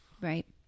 Right